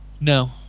No